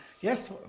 Yes